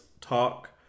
talk